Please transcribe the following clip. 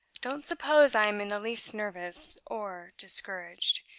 don't suppose i am in the least nervous or discouraged,